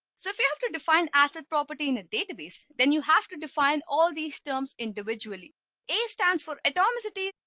so if you have to define asset property in a database, then you have to define all these terms individually a stands for atomicity.